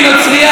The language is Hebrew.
נוצרייה,